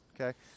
okay